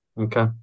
Okay